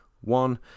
one